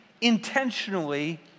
intentionally